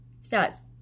says